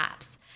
apps